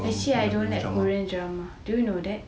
actually I don't like korean drama do you know that